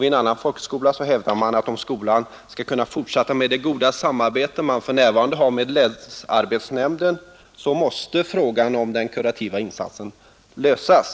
Vid en annan folkhögskola hävdar man att om skolan Torsdagen den skall kunna fortsätta med det goda samarbete man för närvarande har 25 november 1971 med länsarbetsnämnden, måste frågan om den kurativa insatsen lösas.